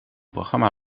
programma